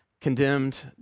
condemned